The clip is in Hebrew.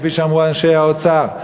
כפי שאמרו אנשי האוצר,